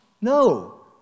No